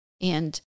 And-